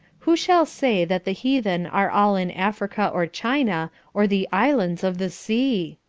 who shall say that the heathen are all in africa or china, or the islands of the sea?